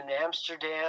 Amsterdam